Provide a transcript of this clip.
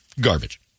garbage